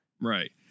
Right